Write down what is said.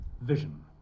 vision